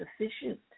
sufficient